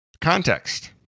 Context